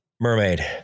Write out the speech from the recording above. mermaid